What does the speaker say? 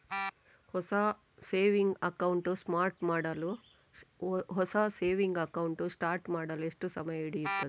ಹೊಸ saving account start ಮಾಡಲು ಎಷ್ಟು ಸಮಯ ಹಿಡಿಯುತ್ತದೆ?